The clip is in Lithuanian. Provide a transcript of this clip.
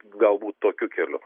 galbūt tokiu keliu